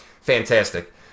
Fantastic